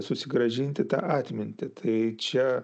susigrąžinti tą atmintį tai čia